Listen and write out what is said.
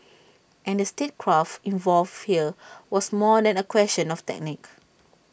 and the statecraft involved here was more than A question of technique